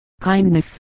kindness